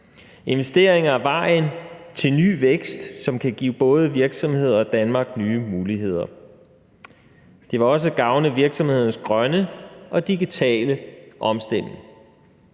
Investeringer er vejen til ny vækst, som kan give både virksomheder og Danmark nye muligheder. Det vil også gavne virksomhedernes grønne og digitale omstilling,